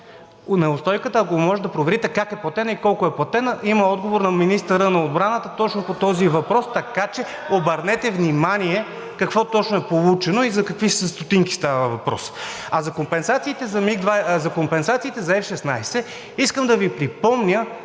Неустойката, ако може да проверите как е платена и колко е платена. Има отговор на министъра на отбраната точно по този въпрос (шум и реплики от „БСП за България“), така че обърнете внимание какво точно е получено и за какви стотинки става въпрос. А за компенсациите за F-16 искам да Ви припомня